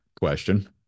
question